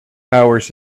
hours